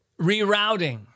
rerouting